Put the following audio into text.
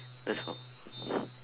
that's all